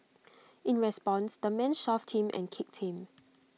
in response the man shoved him and kicked him